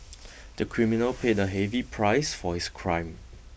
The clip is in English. the criminal paid a heavy price for his crime